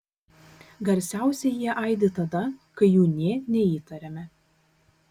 garsiausiai jie aidi tada kai jų nė neįtariame